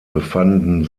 befanden